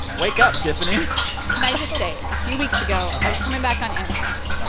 wake up, tiffany can i just say a few weeks ago, i was coming back on amtrak. ah